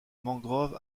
mangrove